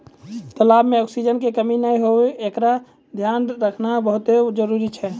तलाब में ऑक्सीजन के कमी नै हुवे एकरोॅ धियान रखना बहुत्ते जरूरी छै